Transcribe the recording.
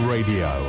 Radio